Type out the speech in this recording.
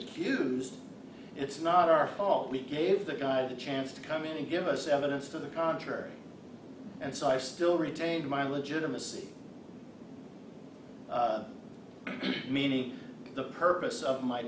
accused it's not our fault we gave the guy the chance to come in and give us evidence to the contrary and so i still retain my legitimacy meaning the purpose of my